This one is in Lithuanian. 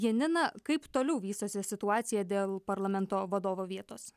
janina kaip toliau vystosi situacija dėl parlamento vadovo vietos